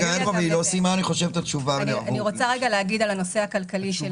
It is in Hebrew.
אני רוצה לדבר על הנושא הכלכלי של שתייה.